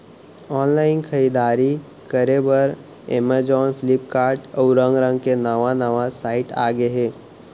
online खरीददारी करे बर अमेजॉन, फ्लिपकार्ट, अउ रंग रंग के नवा नवा साइट आगे हे